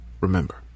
Remember